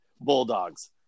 Bulldogs